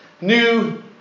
new